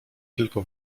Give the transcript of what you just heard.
tylko